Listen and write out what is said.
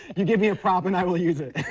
you give me a prop and i'll use it.